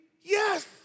Yes